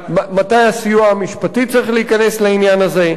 מתי הסיוע המשפטי צריך להיכנס לעניין הזה.